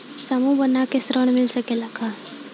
समूह बना के ऋण मिल सकेला का?